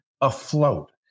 afloat